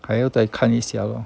还要再看一下咯